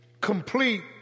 complete